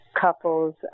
couples